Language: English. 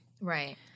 Right